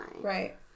Right